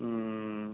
ওম